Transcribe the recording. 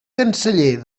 canceller